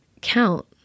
count